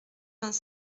vingt